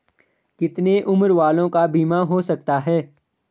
कितने उम्र वालों का बीमा हो सकता है?